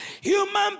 human